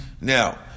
Now